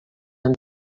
amb